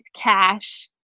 cash